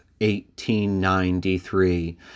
1893